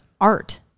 art